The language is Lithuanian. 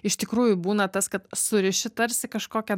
iš tikrųjų būna tas kad suriši tarsi kažkokią